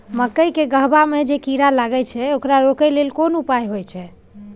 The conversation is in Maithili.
मकई के गबहा में जे कीरा लागय छै ओकरा रोके लेल कोन उपाय होय है?